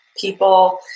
people